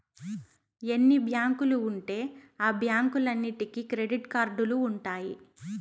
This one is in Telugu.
ఎన్ని బ్యాంకులు ఉంటే ఆ బ్యాంకులన్నీటికి క్రెడిట్ కార్డులు ఉంటాయి